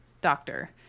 doctor